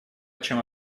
чем